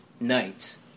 Night